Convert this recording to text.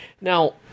Now